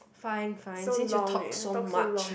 fine fine since you talk so much